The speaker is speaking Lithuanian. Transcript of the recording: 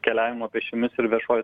keliavimo pėsčiomis ir viešuoju